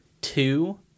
two